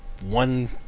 one